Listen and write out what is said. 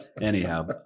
Anyhow